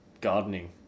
gardening